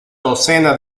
docena